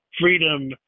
Freedom